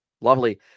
Lovely